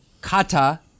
kata